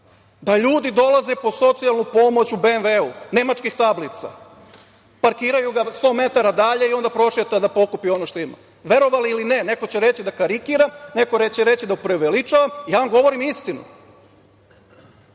da ljudi dolaze po socijalnu pomoć u BMV nemačkih tablica, parkiraju ga 100 metara dalje i onda prošeta da pokupi ono što ima. Verovali ili ne, neko će reći da karikiram, neko će reći da preuveličavam, ja vam govorim istinu.